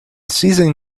seizing